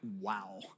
wow